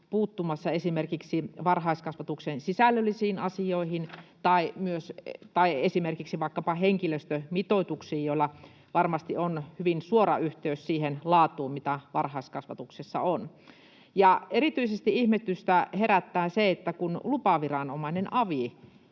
puuttumassa esimerkiksi varhaiskasvatuksen sisällöllisiin asioihin tai vaikkapa henkilöstömitoituksiin, joilla varmasti on hyvin suora yhteys siihen laatuun, mitä varhaiskasvatuksessa on. Erityisesti ihmetystä herättää, kun lupaviranomainen avi